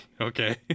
Okay